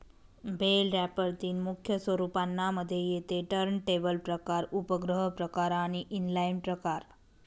bell wrapper तीन मुख्य स्वरूपांना मध्ये येते टर्नटेबल प्रकार, उपग्रह प्रकार आणि इनलाईन प्रकार